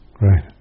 Right